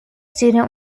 student